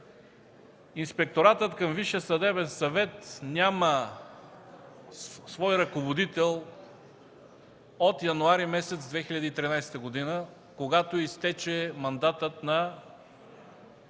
Инспекторатът към Висшия съдебен съвет няма свой ръководител от януари месец 2013 г., когато изтече мандатът на